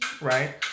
right